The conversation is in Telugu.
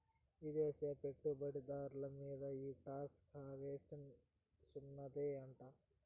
విదేశీ పెట్టుబడి దార్ల మీంద ఈ టాక్స్ హావెన్ సున్ననే అంట